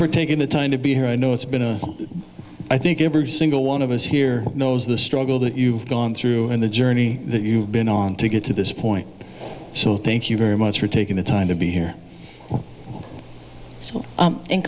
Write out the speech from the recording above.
for taking the time to be here i know it's been a i think every single one of us here knows the struggle that you've gone through and the journey that you've been on to get to this point so thank you very much for taking the time to be here so in